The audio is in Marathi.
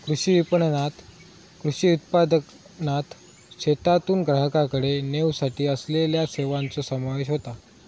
कृषी विपणणात कृषी उत्पादनाक शेतातून ग्राहकाकडे नेवसाठी असलेल्या सेवांचो समावेश होता